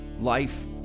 life